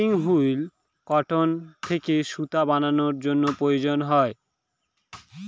spinning wheel cotton থেকে সুতা বানানোর জন্য প্রয়োজন হয়